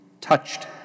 touched